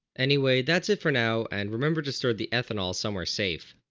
anyway that's it for now and remember to store the ethanol somewhere safe.